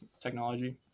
technology